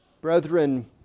Brethren